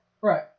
Right